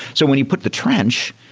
so when you put the trench,